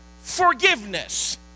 forgiveness